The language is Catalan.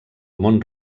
mont